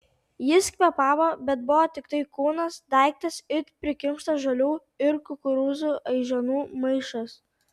jis kvėpavo bet buvo tiktai kūnas daiktas it prikimštas žolių ir kukurūzų aiženų maišas